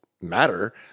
matter